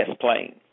plane